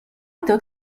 took